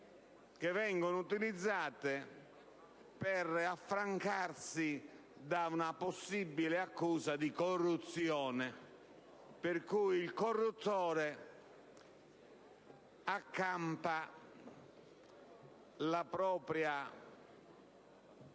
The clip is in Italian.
che vengono utilizzate per affrancarsi da una possibile accusa di corruzione per cui il corruttore accampa la propria